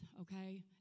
okay